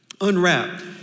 unwrapped